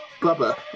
Bubba